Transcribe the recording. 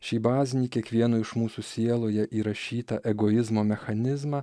šį bazinį kiekvieno iš mūsų sieloje įrašytą egoizmo mechanizmą